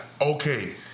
okay